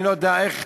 אני לא יודע איך.